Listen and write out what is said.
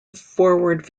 forward